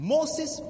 Moses